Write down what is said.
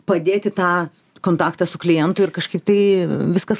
padėti tą kontaktą su klientu ir kažkaip tai viskas